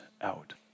out